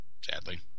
sadly